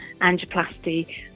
angioplasty